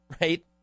right